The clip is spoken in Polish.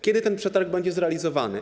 Kiedy ten przetarg będzie zrealizowany?